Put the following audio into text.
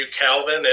Calvin